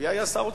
מי היה שר אוצר?